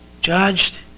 judged